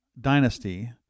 dynasty